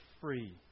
free